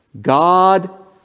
God